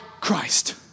Christ